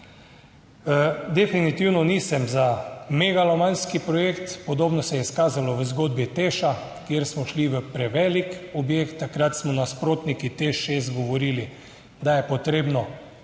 Definitivno nisem za megalomanski projekt. Podobno se je izkazalo v zgodbi Teša, kjer smo šli v prevelik objekt, takrat smo nasprotniki Teš 6 govorili, da je potrebno